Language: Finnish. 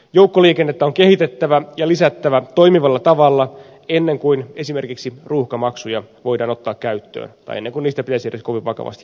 joukkoliikennettä on kehitettävä ja lisättävä toimivalla tavalla ennen kuin esimerkiksi ruuhkamaksuja voidaan ottaa käyttöön tai ennen kuin niistä pitäisi edes kovin vakavasti keskustella